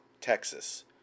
Texas